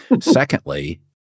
secondly